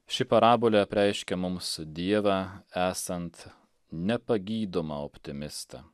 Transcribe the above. ši parabolė apreiškia mums dievą esant nepagydomą optimistą